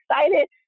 excited